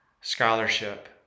scholarship